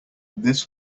this